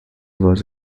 was